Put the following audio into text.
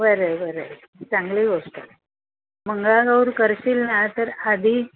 बरं आहे बरं आहे चांगली गोष्ट आहे मंगळागौर करशील ना तर आधी